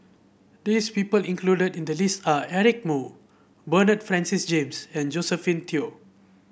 this people included in the list are Eric Moo Bernard Francis James and Josephine Teo